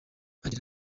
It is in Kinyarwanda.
agira